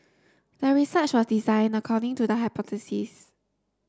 the research was designed according to the hypothesis